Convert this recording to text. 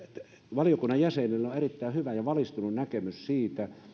valiokunnan jäsenillä on erittäin hyvä ja valistunut näkemys siitä